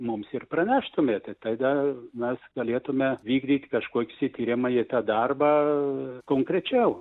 mums ir praneštumėt tada mes galėtume vykdyt kažkokius ir tiriamąjį tą darbą konkrečiau